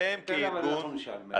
אתם כארגון,